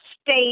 state